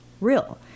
real